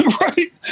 right